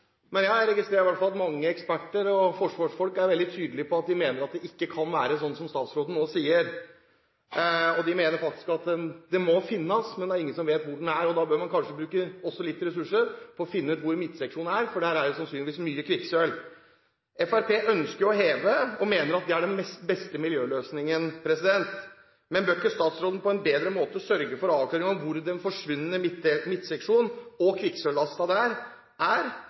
Men jeg registrerer at mange eksperter og forsvarsfolk mener og er veldig tydelige på at det ikke kan være sånn som statsråden nå sier. De mener faktisk at den må finnes, men det er ingen som vet hvor den er. Da bør man kanskje også bruke litt ressurser på å finne ut hvor midtseksjonen er, for der er det sannsynligvis mye kvikksølv. Fremskrittspartiet ønsker å heve båten og mener at det er den beste miljøløsningen. Bør ikke statsråden på en bedre måte sørge for en avklaring om hvor den forsvunne midtseksjonen – og kvikksølvlasten der – er